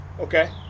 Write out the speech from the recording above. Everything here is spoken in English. Okay